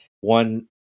one